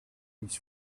his